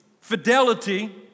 fidelity